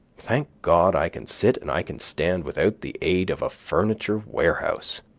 thank god, i can sit and i can stand without the aid of a furniture warehouse.